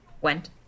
went